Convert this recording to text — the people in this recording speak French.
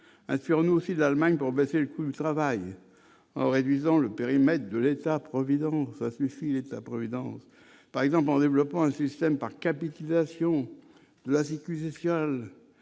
l'affaire aussi l'Allemagne pour baisser le coût du travail en réduisant le périmètre de l'État-providence, ça suffit, l'État-providence, par exemple en développant le système par capitulation Lazic social